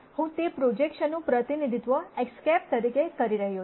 હું તે પ્રોજેકશન નું પ્રતિનિધિત્વ X̂ તરીકે કરી રહ્યો છું